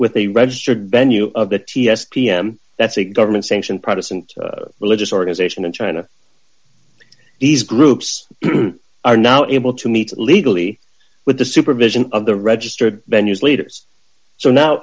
with a registered venue of the ts pm that's a government sanctioned protestant religious organization of china these groups are not able to meet legally with the supervision of the registered venues leaders so now